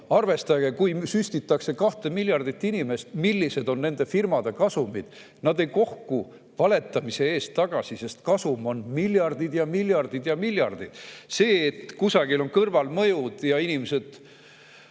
Arvestage, kui süstitakse 2 miljardit inimest, millised on nende firmade kasumid. Nad ei kohku valetamise ees tagasi, sest kasum on miljardid ja miljardid ja miljardid. See, et kusagil on kõrvalmõjud ja inimesed